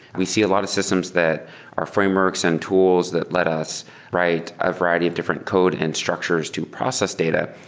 we see a lot of systems that are frameworks and tools that let us write a variety of different code and structures to process data,